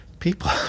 People